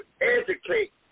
educate